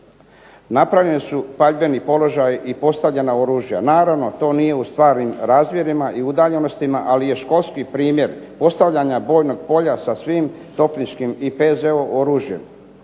Napravljeni su paljbeni položaji i postavljena oružja. Naravno to nije u stvarnim razmjerima i udaljenostima, ali je školski primjer postavljanja bojnog polja sa svim topničkim i pz oružjem,